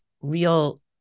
real